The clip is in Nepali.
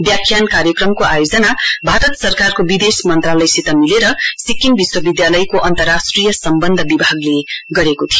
व्याख्यान कार्यक्रमको आयोजना भारत सरकारको विदेश मन्त्रालयसित मिलेर सिक्किम विश्वविद्यालयको अन्तर्राष्ट्रिय सम्बन्ध विभागले गरेको थियो